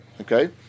Okay